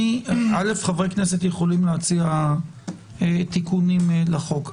חברי הכנסת יכולים להציע תיקונים להצעת החוק.